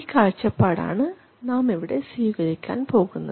ഈ കാഴ്ചപ്പാടാണ് നാമിവിടെ സ്വീകരിക്കാൻ പോകുന്നത്